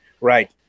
right